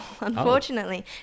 unfortunately